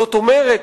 זאת אומרת,